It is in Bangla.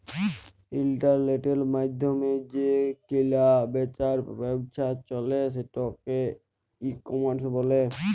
ইলটারলেটের মাইধ্যমে যে কিলা বিচার ব্যাবছা চলে সেটকে ই কমার্স ব্যলে